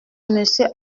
monsieur